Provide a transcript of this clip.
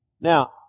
Now